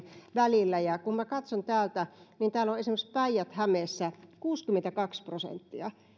välillä kun minä katson täältä niin täällä on esimerkiksi päijät hämeessä kuusikymmentäkaksi prosenttia